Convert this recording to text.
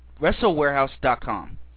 WrestleWarehouse.com